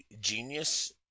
genius